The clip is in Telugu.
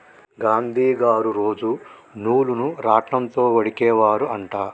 గాంధీ గారు రోజు నూలును రాట్నం తో వడికే వారు అంట